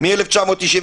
מ-1992